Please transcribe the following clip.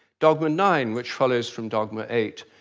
dogma nine, which follows from dogma eight,